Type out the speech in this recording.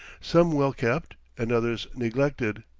some well kept and others neglected.